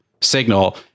signal